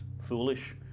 foolish